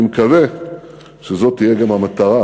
אני מקווה שזאת תהיה גם המטרה